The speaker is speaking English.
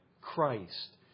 Christ